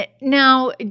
Now